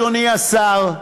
אדוני השר,